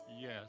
yes